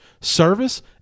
service